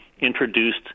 introduced